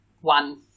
one